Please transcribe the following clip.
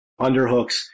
underhooks